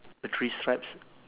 the three straps